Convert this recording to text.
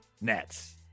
Nets